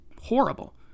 horrible